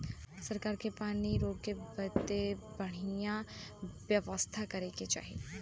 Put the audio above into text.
सरकार के पानी के रोके बदे बढ़िया व्यवस्था करे के चाही